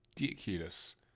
ridiculous